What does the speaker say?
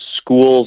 school's